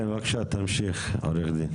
כן, בבקשה, תמשיך, עורך דין.